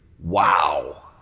wow